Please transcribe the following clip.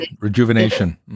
rejuvenation